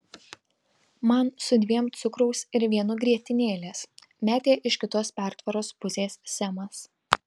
man su dviem cukraus ir vienu grietinėlės metė iš kitos pertvaros pusės semas